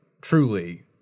truly